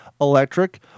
electric